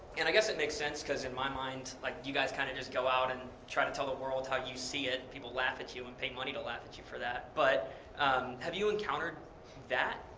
and i guess it makes sense because, in my mind, like you guys kind of just go out and try to tell the world how you see it. people laugh at you and pay money to laugh at you for that. but have you encountered that?